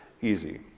easy